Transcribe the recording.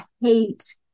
hate